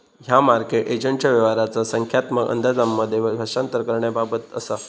ह्या मार्केट एजंटच्या व्यवहाराचा संख्यात्मक अंदाजांमध्ये भाषांतर करण्याबाबत असा